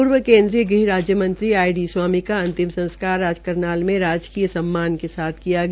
पूर्व केन्द्रीय ग्रहराज्य मंत्री आई डी स्वामी को अंतिम संस्कार आंज करनाल में राजकीय सम्मान के साथ किया गया